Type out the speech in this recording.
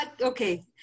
okay